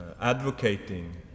advocating